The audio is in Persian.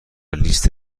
لیست